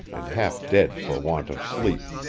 and half-dead for want of sleep.